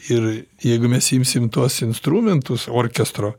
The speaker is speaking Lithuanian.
ir jeigu mes imsim tuos instrumentus orkestro